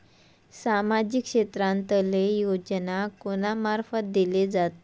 सामाजिक क्षेत्रांतले योजना कोणा मार्फत दिले जातत?